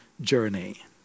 journey